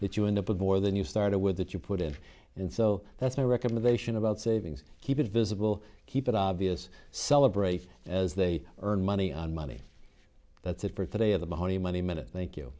that you end up with more than you started with that you put it in so that's my recommendation about savings keep it visible keep it obvious celebrate as they earn money on money that's it for today of the money money minute thank you